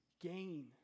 gain